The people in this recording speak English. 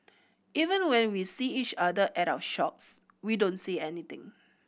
even when we see each other at our shops we don't say anything